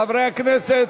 חברי הכנסת,